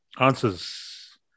Answers